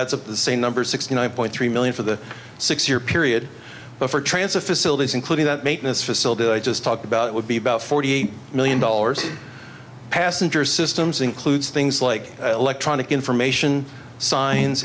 adds up the same number sixty nine point three million for the six year period for transit facilities including that maintenance facility i just talked about it would be about forty million dollars passenger systems includes things like electronic information s